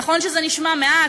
נכון שזה נשמע מעט.